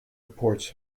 reports